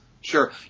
Sure